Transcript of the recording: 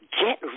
get